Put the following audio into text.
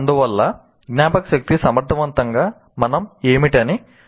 అందువల్ల జ్ఞాపకశక్తి సమర్థవంతంగా 'మనం ఏమిటని'